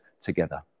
together